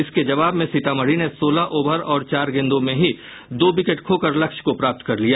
इसके जवाब में सीतामढ़ी ने सोलह ओवर चार गेंद में ही दो विकेट खोकर लक्ष्य को प्राप्त कर लिया